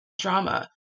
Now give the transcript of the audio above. drama